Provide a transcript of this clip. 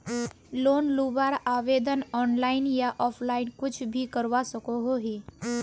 Loan लुबार आवेदन online या ऑफलाइन कुछ भी करवा सकोहो ही?